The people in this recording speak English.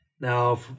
Now